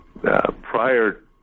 prior